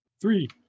three